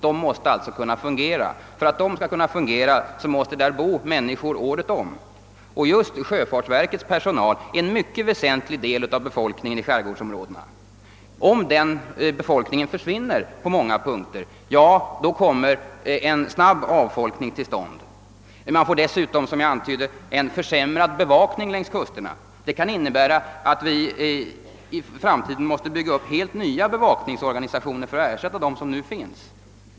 Dessa måste kunna fungera, men för att de skall göra det måste där bo människor året om. Just sjöfartsverkets personal är en mycket väsentlig del av befolkningen i skärgårdsområdena. Om denna befolkningsgrupp försvinner på många håll, kommer en snabb avfolkning till stånd. Vi får dessutom — som jag antydde — en försämrad bevakning längs kusterna. Det kan innebära att vi i framtiden måste bygga upp helt nya bevakningsorganisationer för att ersätta dem som nu är aktuella.